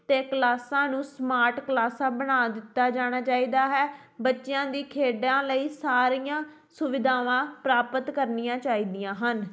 ਅਤੇ ਕਲਾਸਾਂ ਨੂੰ ਸਮਾਰਟ ਕਲਾਸਾਂ ਬਣਾ ਦਿੱਤਾ ਜਾਣਾ ਚਾਹੀਦਾ ਹੈ ਬੱਚਿਆਂ ਦੀ ਖੇਡਾਂ ਲਈ ਸਾਰੀਆਂ ਸੁਵਿਧਾਵਾਂ ਪ੍ਰਾਪਤ ਕਰਨੀਆਂ ਚਾਹੀਦੀਆਂ ਹਨ